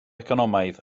economaidd